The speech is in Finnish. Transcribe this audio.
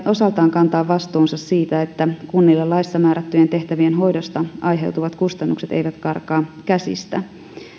osaltaan kantaa vastuunsa siitä että kunnille laissa määrättyjen tehtävien hoidosta aiheutuvat kustannukset eivät karkaa käsistä